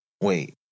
wait